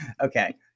okay